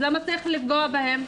אז למה צריך לפגוע בהם?